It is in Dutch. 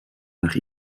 daar